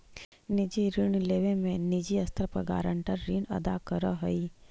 निजी ऋण लेवे में निजी स्तर पर गारंटर ऋण अदा करऽ हई